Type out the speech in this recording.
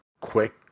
quick